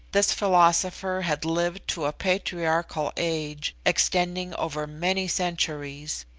this philosopher had lived to a patriarchal age, extending over many centuries,